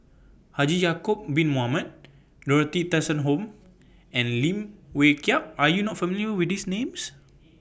Haji Ya'Acob Bin Mohamed Dorothy Tessensohn and Lim Wee Kiak Are YOU not familiar with These Names